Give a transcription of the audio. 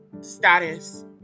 status